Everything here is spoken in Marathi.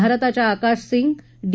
भारताच्या आकाश सिंग डी